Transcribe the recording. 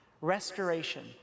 restoration